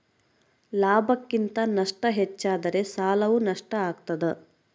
ಲಾಭಕ್ಕಿಂತ ನಷ್ಟ ಹೆಚ್ಚಾದರೆ ಸಾಲವು ನಷ್ಟ ಆಗ್ತಾದ